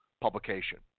publication